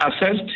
assessed